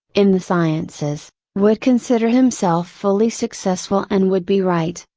in the sciences, would consider himself fully successful and would be right,